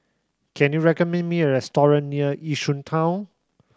can you recommend me a restaurant near Yishun Town